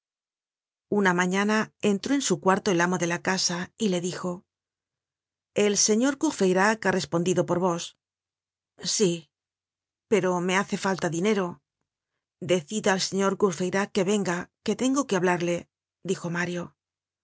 una mañana entró en su cuarto el amo de la casa y le dijo el señor courfeyrac ha respondido por vos sí pero me hace falta dinero decid al señor courfeyrac que venga que tengo que hablarle dijo mario